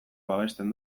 babesten